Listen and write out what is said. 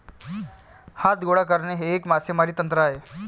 हात गोळा करणे हे एक मासेमारी तंत्र आहे